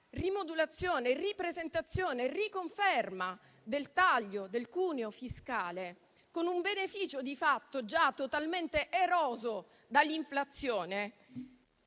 rimodulazione, ripresentazione, riconferma del taglio del cuneo fiscale, con un beneficio, di fatto, già totalmente eroso dall'inflazione,